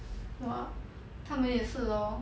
!wah! 他们也是 hor